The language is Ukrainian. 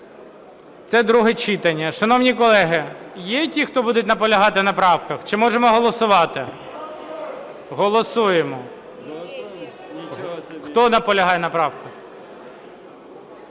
Це друге читання. Шановні колеги, є ті, хто будуть наполягати на правках, чи можемо голосувати? Голосуємо. Хто наполягає на правках?